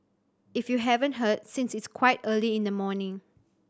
if you haven't heard since it's quite early in the morning